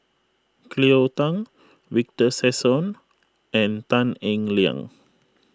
Cleo Thang Victor Sassoon and Tan Eng Liang